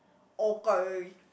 okay